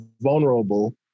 vulnerable